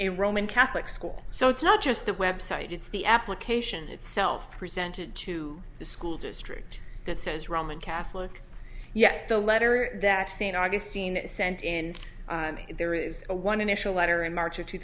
a roman catholic school so it's not just the website it's the application itself presented to the school district that says roman catholic yes the letter that st augustine sent in there it was a one initial letter in march of two